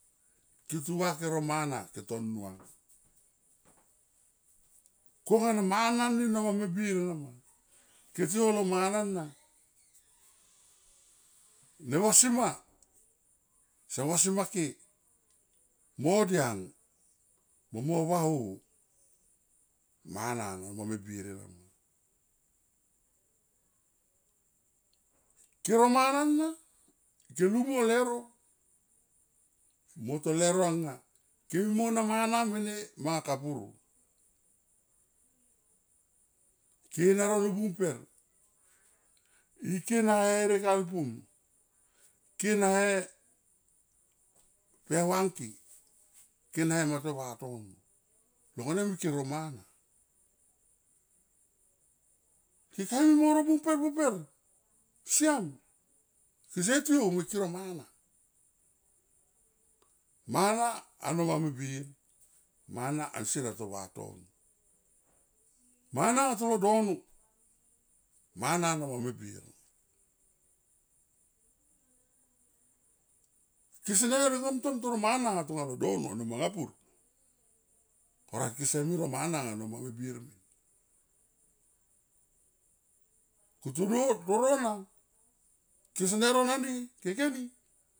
Ke tu va ke ro mana ke to nuang kona mana i no manga me bir ena ma, ke tiou lo mana na ne vasima sam vasi ma ke mo diang mo, mo vaho mana no manga me bir ena ma kero mana na ke lung mo leuro mo to leuro nga ike mimo na mana mene manga kapuru. Kena ro bung per ike na e herek alpum ike na e pe hua ngke, ke na mato vatono long vanem ke ro mana. Ke kamuimo ro bung per bung siam kese tiou mo ike ro mana. Mana ano ma me bir mana ansier ato vatono mana atolo dono mana no ma me bir kese ne ring ngom tom toro mana anga tanga lo dono ano manga pur orait kese mi ro mana manga me bir min ko todov na kese ne ro nani keke ni.